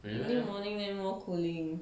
only morning then more cooling